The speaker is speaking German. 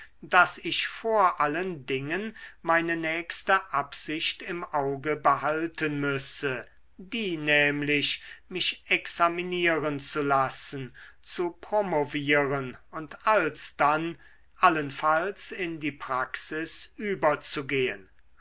daß ich vor allen dingen meine nächste absicht im auge behalten müsse die nämlich mich examinieren zu lassen zu promovieren und alsdann allenfalls in die praxis überzugehen